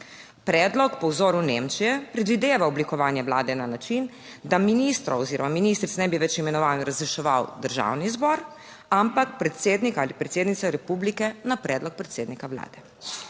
Predlog po vzoru Nemčije predvideva oblikovanje Vlade na način, da ministrov oziroma ministric ne bi več imenoval in razreševal Državni zbor, ampak predsednik ali predsednica republike na predlog predsednika vlade.